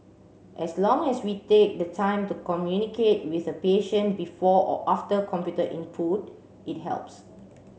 as long as we take the time to communicate with a patient before or after computer input it helps